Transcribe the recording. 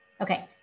Okay